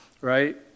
right